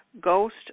ghost